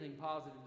positive